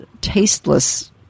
tasteless